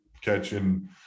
catching –